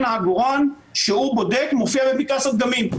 העגורן שהוא בודק מופיע בפנקס הדגמים.